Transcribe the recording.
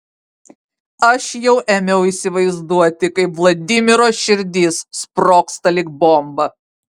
aš jau ėmiau įsivaizduoti kaip vladimiro širdis sprogsta lyg bomba